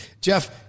Jeff